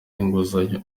inguzanyo